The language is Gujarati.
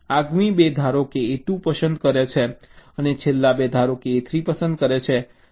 આગામી 2 ધારો કે A2 પસંદ કરે અને છેલ્લા 2 ધારો કે A3 પસંદ કરે હવે ચાલો જોઈએ